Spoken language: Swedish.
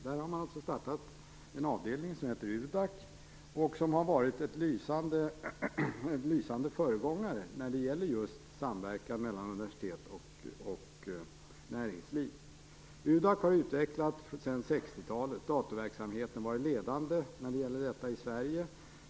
Där har man alltså startat en avdelning som heter UDAC, som har varit en lysande föregångare när det gäller just samverkan mellan universitet och näringsliv. UDAC har utvecklat dataverksamhet sedan 60-talet och varit ledande när det gäller detta i Sverige.